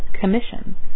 commission